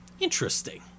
Interesting